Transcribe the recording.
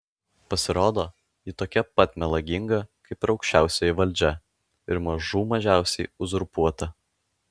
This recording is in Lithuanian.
pasirodo ji tokia pat melaginga kaip ir aukščiausioji valdžia ir mažų mažiausiai uzurpuota